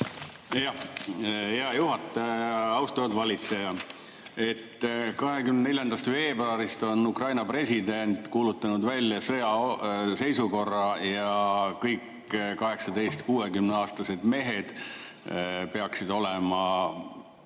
Hea juhataja! Austatud valitseja! 24. veebruarist on Ukraina president kuulutanud välja sõjaseisukorra ja kõik 18–60‑aastased mehed peaksid olema